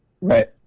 Right